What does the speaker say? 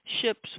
ships